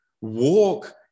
Walk